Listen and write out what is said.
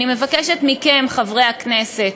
אני מבקשת מכם, חברי הכנסת,